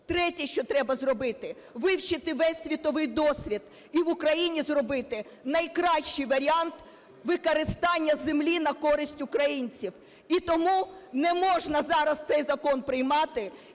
Третє, що треба зробити – вивчити весь світовий досвід і в Україні зробити найкращий варіант використання землі на користь українців. І тому не можна зараз цей закон приймати